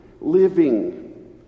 living